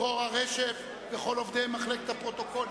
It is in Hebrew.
לדרורה רשף ולכל עובדי מחלקת הפרוטוקולים,